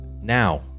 now